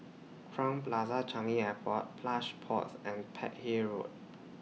Crowne Plaza Changi Airport Plush Pods and Peck Hay Road